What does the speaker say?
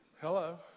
Hello